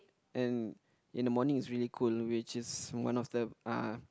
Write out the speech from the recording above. then in the morning it's really cold which is one of the uh